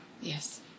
Yes